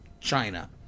China